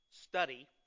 study